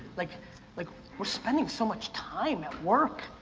like like we're spending so much time at work.